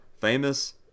famous